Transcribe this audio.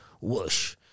whoosh